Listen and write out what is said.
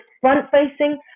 front-facing